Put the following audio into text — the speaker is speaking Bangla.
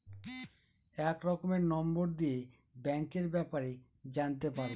এক রকমের নম্বর দিয়ে ব্যাঙ্কের ব্যাপারে জানতে পারবো